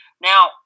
Now